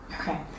Okay